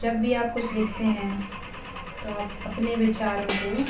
जब भी आप कुछ लिखते है तो आप अपने विचारों को